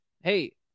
hey